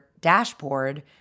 dashboard